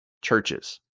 churches